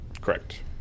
Correct